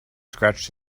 scratched